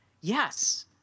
Yes